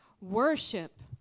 Worship